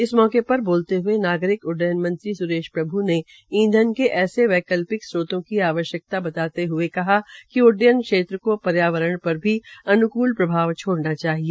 इस मौके पर बोलते हए नागरिक उड़डयन मंत्री स्रेशप्रभ् ने ईंधन के ऐसे वैकल्पिक स्त्रोतों की आवश्क्ता बताते हये कहा कि उड्डयन क्षेत्र को पर्यावरण पर भी अन्कूल प्रभाव छोड़ना चाहिए